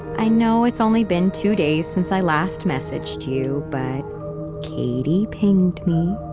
i know it's only been two days since i last messaged you, but katie pinged me.